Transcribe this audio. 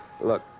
Look